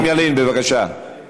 בבקשה, אדוני.